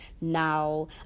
now